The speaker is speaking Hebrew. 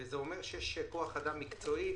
זה אומר שיש כוח אדם מקצועי,